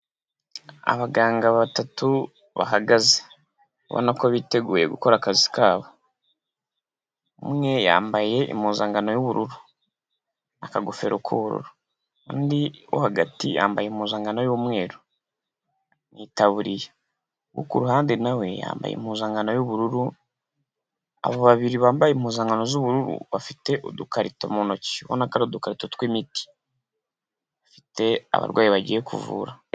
Abaganga batatu bahagaze ubona ko biteguye kabo. Umwe yambaye impuzankano y'ubururu, akagofero k'ubururu undi wo hagati yambaye impuzankano y'umweru n'itaburiya, uwo ku ruhande nawe yambaye impuzankankano y'ubururu ,abo babiri bambaye impuzankano z'ubururu bafite udukarito mu ntoki ubona ko ari udukarito tw'imiti, bafite abarwayi bagiye kuvura.